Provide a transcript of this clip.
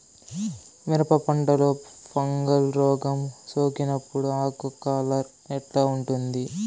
మిరప పంటలో ఫంగల్ రోగం సోకినప్పుడు ఆకు కలర్ ఎట్లా ఉంటుంది?